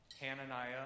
Hananiah